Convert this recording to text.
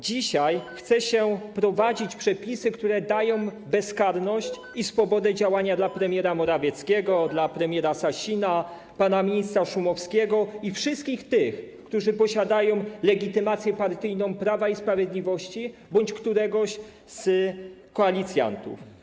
Dzisiaj chce się wprowadzić przepisy, które wprowadzają bezkarność i dają swobodę działania dla premiera Morawieckiego, dla premiera Sasina, pana ministra Szumowskiego i wszystkich tych, którzy posiadają legitymację partyjną Prawa i Sprawiedliwości bądź któregoś z koalicjantów.